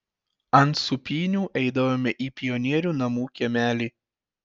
ant sūpynių eidavome į pionierių namų kiemelį